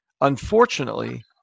Unfortunately